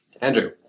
Andrew